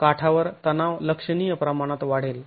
तर काठावर तणाव लक्षणीय प्रमाणात वाढेल